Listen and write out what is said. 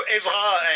Evra